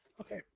Okay